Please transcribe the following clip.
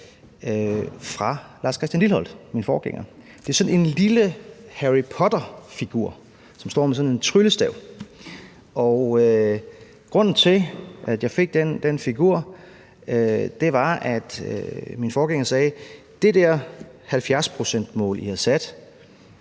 fra Lars Christian Lilleholt, min forgænger. Det er sådan en lille Harry Potter-figur, som står med sådan en tryllestav, og grunden til, at jeg fik den figur, var, som min forgænger sagde: Fint med det der 70-procentsmål, I har sat,